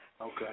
Okay